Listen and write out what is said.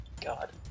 God